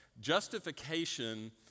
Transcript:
Justification